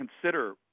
consider